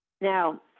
Now